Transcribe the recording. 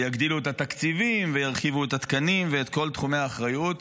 ויגדילו את התקציבים וירחיבו את התקנים ואת כל תחומי האחריות.